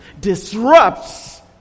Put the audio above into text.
disrupts